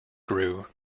grew